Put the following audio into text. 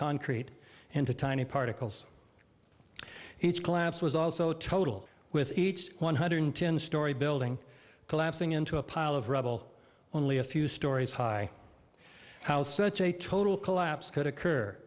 concrete into tiny particles each collapse was also total with each one hundred ten story building collapsing into a pile of rubble only a few stories high how such a total collapse could occur